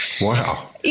Wow